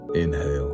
inhale